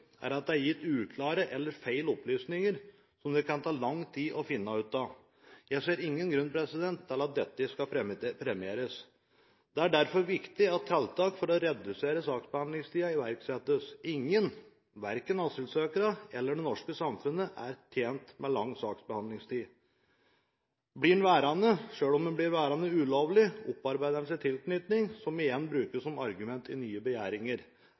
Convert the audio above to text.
er at det er gitt uklare eller feil opplysninger som det kan ta lang tid å finne ut av. Jeg ser ingen grunn til at dette skal premieres. Det er derfor viktig at tiltak for å redusere saksbehandlingstiden iverksettes. Ingen, verken asylsøkere eller det norske samfunnet, er tjent med lang saksbehandlingstid. Blir de værende, selv om de blir værende ulovlig, opparbeider de seg tilknytning, som igjen brukes som argument i nye begjæringer.